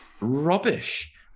rubbish